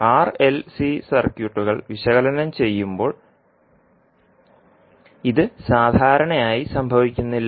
R L C സർക്യൂട്ടുകൾ വിശകലനം ചെയ്യുമ്പോൾ ഇത് സാധാരണയായി സംഭവിക്കുന്നില്ല